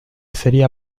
sería